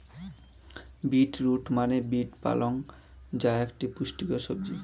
beet root মানে beet পালং যা একটি পুষ্টিকর সবজি